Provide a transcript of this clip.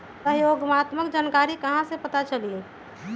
सहयोगात्मक जानकारी कहा से पता चली?